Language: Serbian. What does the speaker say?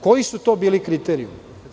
Koji su to bili kriterijumi?